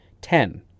Ten